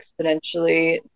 exponentially